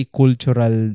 cultural